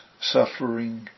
suffering